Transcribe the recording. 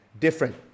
different